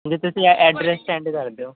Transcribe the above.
ਹਾਂਜੀ ਤੁਸੀਂ a address send ਕਰ ਦਿਓ